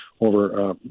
over